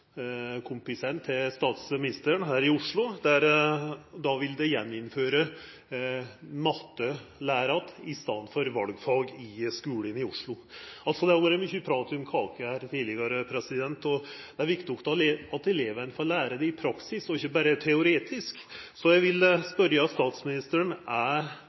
til statsministeren her i Oslo, som ville innføra matte att i staden for valfag i skulen i Oslo. Det har vore mykje prat om kake her tidlegare, og det er viktig at elevane får læra det i praksis og ikkje berre teoretisk. Så eg vil spørja statsministeren: Er